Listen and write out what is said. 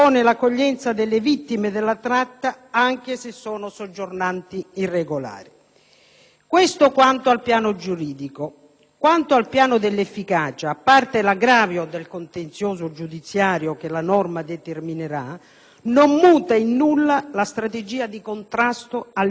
anche se sono soggiornanti irregolari. Questo attiene al piano giuridico; quanto al piano dell'efficacia, a parte l'aggravio del contenzioso giudiziario che la norma determinerà, non muta in nulla la strategia di contrasto all'immigrazione irregolare. Infatti,